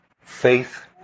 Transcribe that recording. faith